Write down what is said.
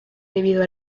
debido